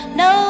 no